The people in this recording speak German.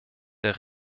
der